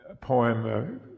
poem